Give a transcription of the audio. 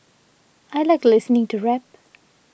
I like listening to rap